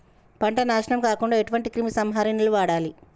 పంట నాశనం కాకుండా ఎటువంటి క్రిమి సంహారిణిలు వాడాలి?